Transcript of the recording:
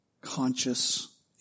conscious